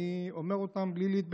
אני אומר אותן בלי להתבייש.